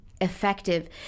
effective